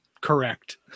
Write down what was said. correct